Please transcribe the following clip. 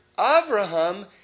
Abraham